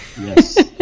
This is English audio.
yes